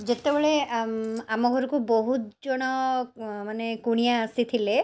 ଯେତେବେଳେ ଆମ ଆମ ଘରକୁ ବହୁତ ଜଣ ମାନେ କୁଣିଆ ଆସିଥିଲେ